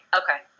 okay